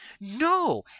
No